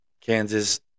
Kansas